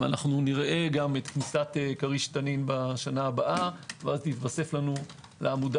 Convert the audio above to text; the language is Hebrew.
נראה גם את כניסת כריש תנין בשנה הבאה ואז יתוסף לעמודה